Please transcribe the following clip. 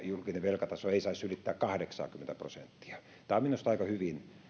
velkataso ei saisi ylittää kahdeksaakymmentä prosenttia tämä on minusta aika hyvin arvioitu